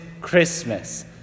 Christmas